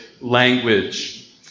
language